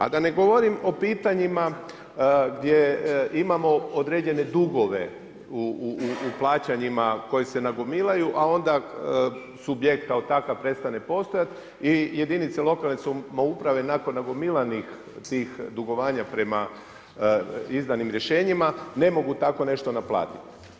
A da ne govorim o pitanjima gdje imamo određene dugove u plaćanjima koji se nagomilaju, a onda subjekt kao takav prestane postojati i jedinice lokalne samouprave nakon nagomilanih tih dugovanja prema izdanim rješenjima ne mogu tako nešto naplatiti.